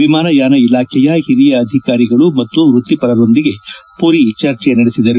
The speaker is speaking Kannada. ವಿಮಾನಯಾನ ಇಲಾಖೆಯ ಹಿರಿಯ ಅಧಿಕಾರಿಗಳು ಮತ್ತು ವೃತ್ತಿಪರರೊಂದಿಗೆ ಪುರಿ ಚರ್ಚೆ ನಡೆಸಿದರು